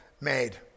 made